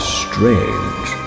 strange